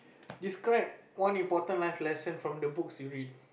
describe one important life lesson from the books you read